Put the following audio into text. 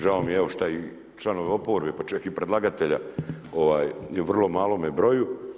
Žao mi je što članovi oporbe pa čak i predlagatelja je u vrlo malome broju.